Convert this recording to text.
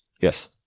Yes